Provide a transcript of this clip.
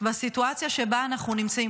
בסיטואציה שבה אנחנו נמצאים.